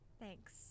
Thanks